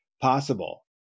possible